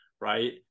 right